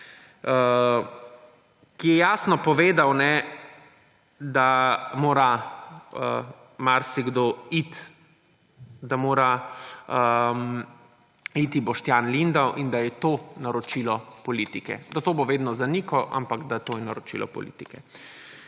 ki je jasno povedal, da mora marsikdo iti, da mora iti Boštjan Lindav in da je to naročilo politike, da to bo vedno zanikal, ampak to je naročilo politike.